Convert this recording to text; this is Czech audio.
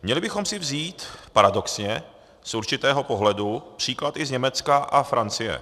Měli bychom si vzít, paradoxně, z určitého pohledu příklad i z Německa a Francie.